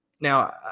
Now